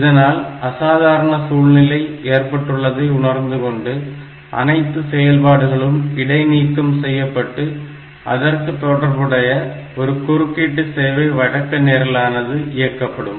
இதனால் அசாதாரண சூழ்நிலை ஏற்பட்டுள்ளதை உணர்ந்துகொண்டு அனைத்து செயல்பாடுகளும் இடைநீக்கம் செய்யப்பட்டு அதற்கு தொடர்புடைய ஒரு குறுக்கீட்டு சேவை வழக்கநிரனது இயக்கப்படும்